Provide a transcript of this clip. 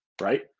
right